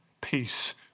peace